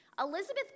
Elizabeth